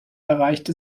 erreichte